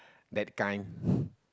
that kind